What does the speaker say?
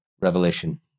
revelation